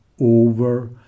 over